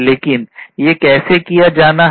लेकिन ये कैसे किया जाना है